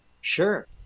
Sure